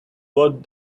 what